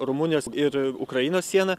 rumunijos ir ukrainos siena